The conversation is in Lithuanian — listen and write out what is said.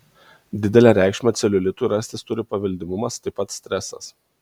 didelę reikšmę celiulitui rastis turi paveldimumas taip pat stresas